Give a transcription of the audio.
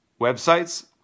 websites